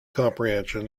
comprehension